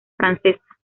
francesa